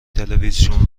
تلویزیون